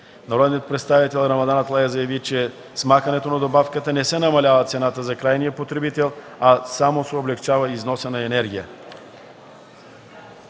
Народният представител Рамадан Аталай заяви, че с махането на добавката не се намалява цената за крайния потребител, а само се облекчава износа на енергия.